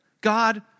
God